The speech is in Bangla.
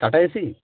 tata A C